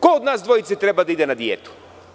Ko od nas dvojice treba da ide na dijetu?